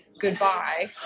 goodbye